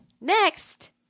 Next